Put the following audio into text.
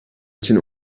için